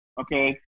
okay